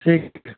ठीक है